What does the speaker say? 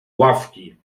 ławki